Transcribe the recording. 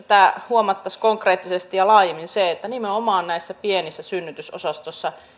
huomattaisiin konkreettisesti ja laajemmin se että nimenomaan näissä pienissä synnytysosastoissa